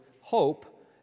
hope